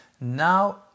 Now